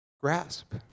grasp